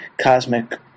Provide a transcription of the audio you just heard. cosmic